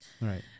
Right